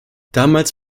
damals